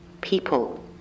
People